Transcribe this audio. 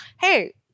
hey